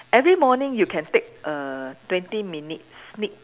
every morning you can take a twenty minutes sneak